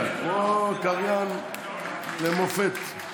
כמו קריין למופת.